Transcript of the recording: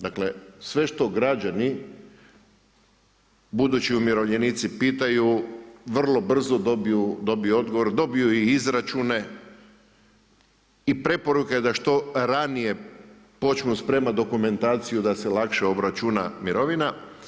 Dakle sve što građani budući umirovljenici pitaju vrlo brzo dobiju odgovor, dobiju i izračune i preporuka je da što ranije počnu spremati dokumentaciju da se lakše obračuna mirovina.